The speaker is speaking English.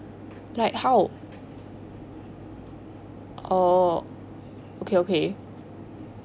like how oh okay okay